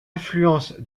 affluence